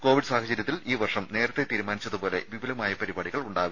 Covid സാഹചര്യത്തിൽ ഈ വർഷം നേരത്തെ തീരുമാനിച്ചതുപോലെ വിപുലമായ പരിപാടികൾ ഉണ്ടാവില്ല